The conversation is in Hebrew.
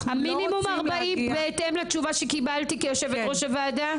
המינימום 40 בהתאם לתשובה שקיבלתי כיושבת-ראש הוועדה?